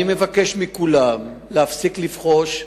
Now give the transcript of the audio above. אני מבקש מכולם להפסיק לבחוש,